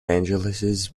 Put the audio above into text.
angeles